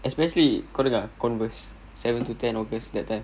especially kau dengar Converse seven to ten august that time